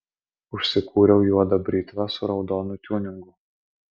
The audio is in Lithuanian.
užsikūriau juodą britvą su raudonu tiuningu